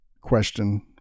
question